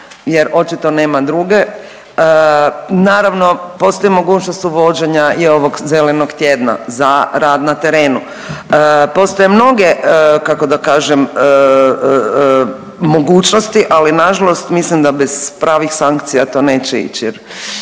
jer očito nema druge. Naravno, postoji mogućnost uvođenja i ovog zelenog tjedna za rad na terenu. Postoje mnoge kako da kažem mogućnosti, ali nažalost mislim da bez pravih sankcija to neće ići